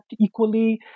equally